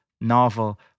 novel